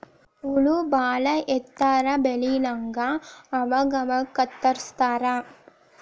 ಹುಲ್ಲ ಬಾಳ ಎತ್ತರ ಬೆಳಿಲಂಗ ಅವಾಗ ಅವಾಗ ಕತ್ತರಸ್ತಾರ